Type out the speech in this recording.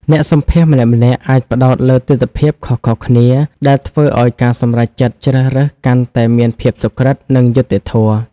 អ្នកសម្ភាសន៍ម្នាក់ៗអាចផ្តោតលើទិដ្ឋភាពខុសៗគ្នា ដែលធ្វើឲ្យការសម្រេចចិត្តជ្រើសរើសកាន់តែមានភាពសុក្រឹត និងយុត្តិធម៌។